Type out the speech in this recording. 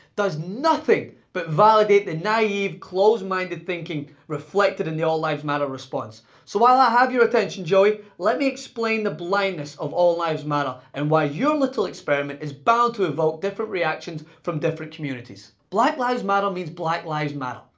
does nothing but validate the naive, close-minded thinking reflected in the all lives matter response. so, while i have your attention, joey, let me explain the blindness of all lives matter, and why your little experiment is bound to evoke different reactions from different communities. black lives matter means black lives matter.